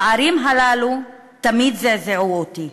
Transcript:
הפערים הללו תמיד זעזעו אותי,